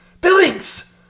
Billings